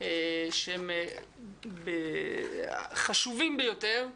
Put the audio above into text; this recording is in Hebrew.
שהם חשובים ביותר,